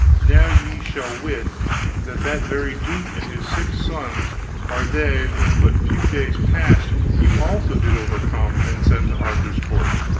now ye shall wit that that very duke and his six sons are they whom but few days past you also did overcome and send to arthur's court!